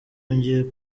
yongeye